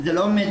לא,